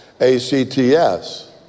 A-C-T-S